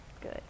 Good